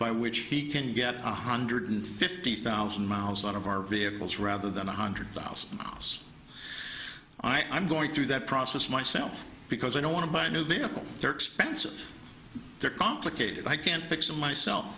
by which he can get one hundred fifty thousand miles out of our vehicles rather than one hundred thousand miles i'm going through that process myself because i don't want to buy a new vehicle they're expensive they're complicated i can't fix them myself